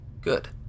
Good